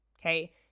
okay